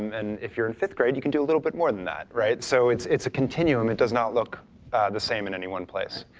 and then if you're in fifth grade you could do a little bit more than that. so it's it's a continuum, it does not look the same in any one place.